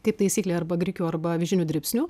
kaip taisyklė arba grikių arba avižinių dribsnių